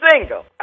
single